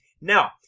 Now